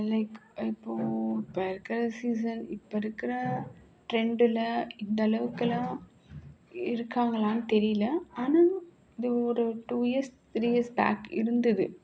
like இப்போது இப்போ இருக்கிற சீசன் இப்போ இருக்கிற ட்ரெண்டில் இந்த அளவுக்கெல்லாம் இருக்காங்களான்னு தெரியல ஆனால் இது ஒரு two years three years back இருந்தது